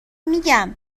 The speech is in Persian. میگم